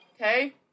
Okay